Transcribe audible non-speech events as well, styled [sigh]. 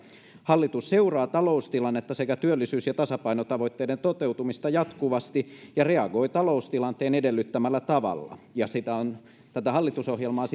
hallitus seuraa taloustilannetta sekä työllisyys ja tasapainotavoitteiden toteutumista jatkuvasti ja reagoi taloustilanteen edellyttämällä tavalla ja tätä hallitusohjelmaa [unintelligible]